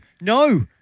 No